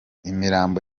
imirambo